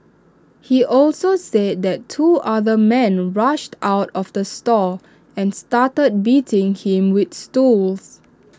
he also said that two other men rushed out of the store and started beating him with stools